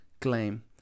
claim